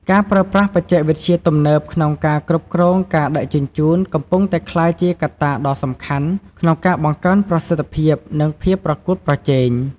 ការប្រើប្រាស់បច្ចេកវិទ្យាទំនើបក្នុងការគ្រប់គ្រងការដឹកជញ្ជូនកំពុងតែក្លាយជាកត្តាដ៏សំខាន់ក្នុងការបង្កើនប្រសិទ្ធភាពនិងភាពប្រកួតប្រជែង។